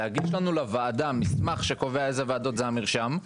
ולהגיש לוועדה מסמך שקובע אילו ועדות הן עבור המרשם,